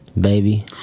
Baby